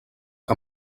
que